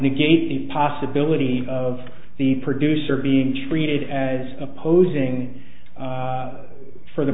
negate the possibility of the producer being treated as opposing for the